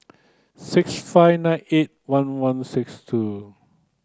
six five nine eight one one six two